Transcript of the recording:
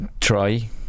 Try